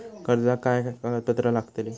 कर्जाक काय कागदपत्र लागतली?